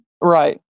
Right